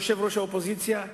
יושב-ראש האופוזיציה,